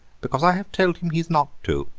because i have told him he is not to.